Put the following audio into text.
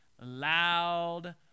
loud